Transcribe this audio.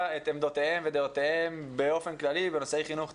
את עמדותיהם ודעותיהם באופן כללי בנושאי חינוך,